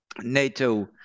NATO